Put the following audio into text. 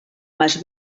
mas